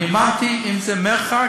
אמרתי שאם יש מרחק,